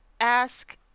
ask